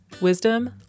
wisdom